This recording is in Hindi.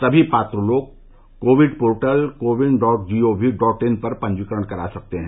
सभी पात्र लोग CoWIN portal CoWIN dot gov dot in पर पंजीकरण करा सकते हैं